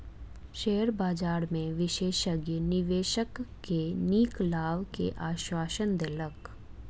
share बजार में विशेषज्ञ निवेशक के नीक लाभ के आश्वासन देलक